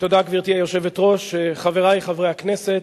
גברתי היושבת-ראש, תודה, חברי חברי הכנסת,